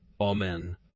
Amen